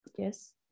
yes